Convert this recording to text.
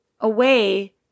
away